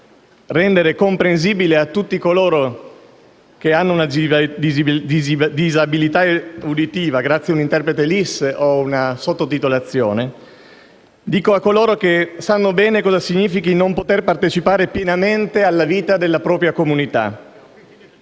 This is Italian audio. modo comprensibile per tutti coloro che hanno una disabilità uditiva, grazie ad un interprete LIS o ad una sottotitolazione - e che sanno bene cosa significhi non poter partecipare pienamente alla vita della propria comunità